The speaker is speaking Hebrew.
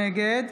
נגד